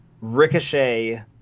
Ricochet